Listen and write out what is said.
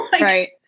right